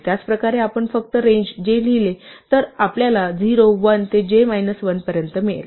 त्याच प्रकारे आपण फक्त रेंज j लिहिले तर आपल्याला 0 1 ते j मायनस 1 पर्यंत मिळेल